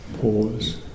pause